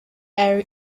era